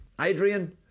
Adrian